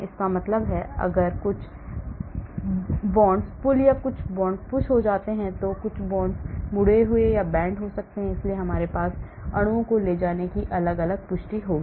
इसका मतलब है कि अगर कुछ bonds pull या कुछ बॉन्ड push हो जाते हैं तो कुछ बॉन्ड मुड़े हुए हो जाते हैं इसलिए हमारे पास अणुओं को ले जाने की अलग अलग पुष्टि होगी